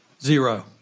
Zero